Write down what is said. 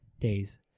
days